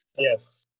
Yes